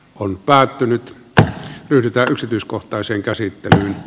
on päätynyt että yritä yksityiskohtaisen käsitteitä